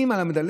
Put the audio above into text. אם על המדלג,